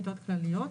מיטות כלליות,